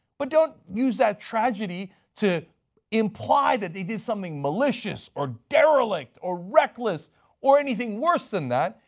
but don't use that tragedy to imply that they did something malicious or derelict or reckless or anything worse than that,